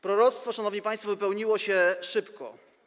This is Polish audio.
Proroctwo, szanowni państwo, wypełniło się szybko.